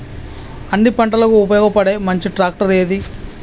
అన్ని పంటలకు ఉపయోగపడే మంచి ట్రాక్టర్ ఏది?